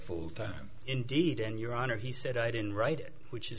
full time indeed and your honor he said i didn't write it which is